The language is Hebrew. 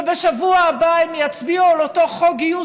ובשבוע הבא הם יצביעו על אותו חוק גיוס